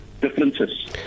differences